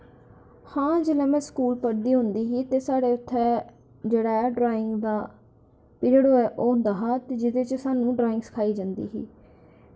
हां में जेल्लै स्कूल पढ़दी होंदी ही ते साढ़े इत्थें जेह्ड़ा ऐ ड्राइंग दा ओह् होंदा हा कि जेह्दे च सानूं ड्राइंग सखाई जंदी ही